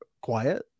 quiet